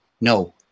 No